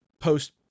post